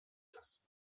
das